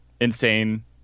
Insane